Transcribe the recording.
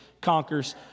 conquers